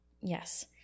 Yes